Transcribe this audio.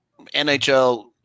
NHL